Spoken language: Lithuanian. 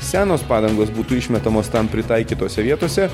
senos padangos būtų išmetamos tam pritaikytose vietose